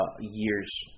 years